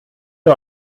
der